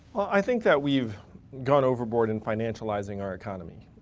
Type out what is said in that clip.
i think that we've gone overboard in financializing our economy.